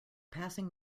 passing